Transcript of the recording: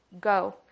Go